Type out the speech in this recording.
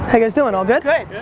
yeah guys doing? all good? good,